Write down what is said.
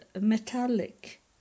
metallic